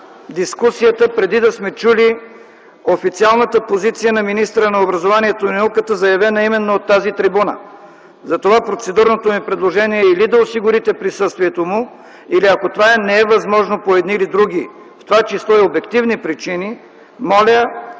дискусията, преди да сме чули официалната позиция на министъра на образованието и науката, заявена именно от тази трибуна. Затова процедурното ми предложение е или да осигурите присъствието му, или ако това не е възможно по едни или други, в това число и обективни причини, моля